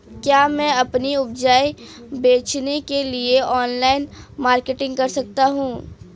क्या मैं अपनी उपज बेचने के लिए ऑनलाइन मार्केटिंग कर सकता हूँ?